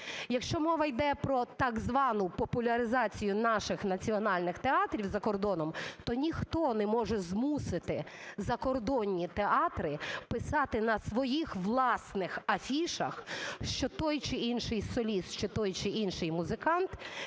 якщо мова йде про, так звану, популяризацію наших національних театрів за кордоном, то ніхто не може змусити закордонні театри писати на своїх власних афішах, що той чи інший соліст, що той чи інший музикант